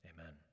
amen